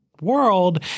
world